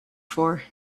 for